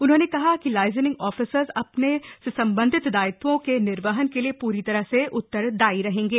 उन्होंने कहा कि लाइजन ऑफिसर्स अपने से संबधित दायित्वों के निर्वहन के लिए पूरी तरह से उतरदायी रहेंगे